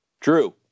Drew